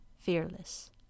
fearless